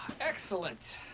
Excellent